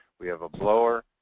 we have a blower,